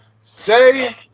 say